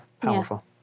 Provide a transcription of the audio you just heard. powerful